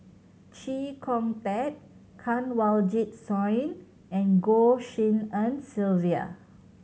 Chee Kong Tet Kanwaljit Soin and Goh Tshin En Sylvia